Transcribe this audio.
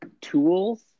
tools